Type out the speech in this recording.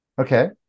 Okay